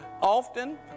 often